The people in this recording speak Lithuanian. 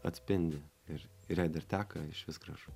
atspindi ir ir jei dar teka išvis gražu